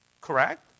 correct